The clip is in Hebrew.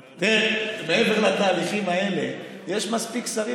אבל מעבר לתהליכים האלה יש מספיק שרים